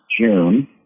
June